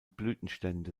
blütenstände